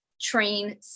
train